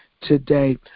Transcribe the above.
today